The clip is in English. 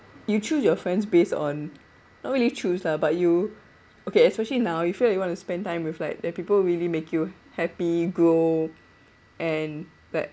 you choose your friends based on not really choose lah but you okay especially now you feel you want to spend time with like people really make you happy grow and like